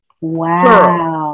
Wow